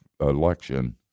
election